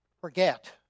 forget